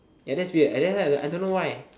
ya that's weird I don't have I don't know why